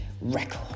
record